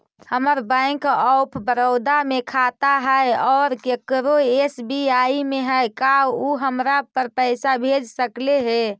हमर bank of Baroda में खाता है और केकरो एस.बी.आई में है का उ हमरा पर पैसा भेज सकले हे?